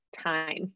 time